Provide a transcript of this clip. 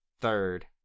third